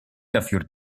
dafür